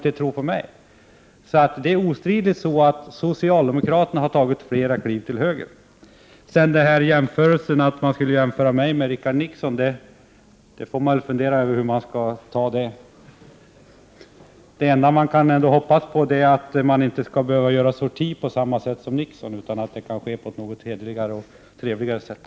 Det är obestridligen så att socialdemokraterna har tagit flera kliv till höger. Hur jämförelsen mellan mig och Richard Nixon skall uppfattas får man fundera över. Det enda jag kan hoppas på är att inte behöva göra sorti på samma sätt som Nixon, utan att det kan ske på ett något hederligare och trevligare sätt.